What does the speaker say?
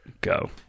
go